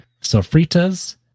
sofritas